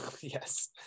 yes